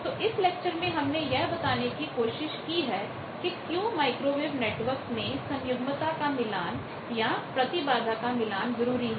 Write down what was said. तो इस लेक्चर में हमने यह बताने की कोशिश की है कि क्यों माइक्रोवेव नेटवर्क्स में सन्युग्मता का मिलान conjugate matchingकोंजूगेट मैचिंग या प्रतिबाधा का मिलान जरूरी है